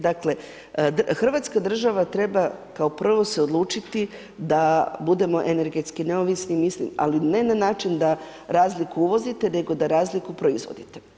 Dakle, hrvatska država treba kao prvo se odlučiti da budemo energetski neovisni, ali ne na način da razliku uvozite nego da razliku proizvodite.